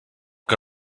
que